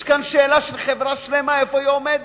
יש כאן שאלה של חברה שלמה, איפה היא עומדת.